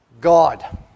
God